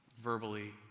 verbally